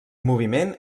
moviment